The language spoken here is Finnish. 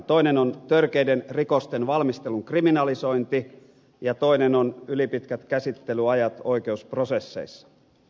toinen on törkeiden rikosten valmistelun kriminalisointi ja toinen on ylipitkät käsittelyajat oikeusprosesseissa